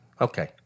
Okay